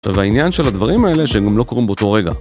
עכשיו העניין של הדברים האלה שהם גם לא קורים באותו רגע